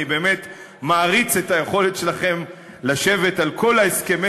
אני באמת מעריץ את היכולת שלכם לשבת על כל הסכמי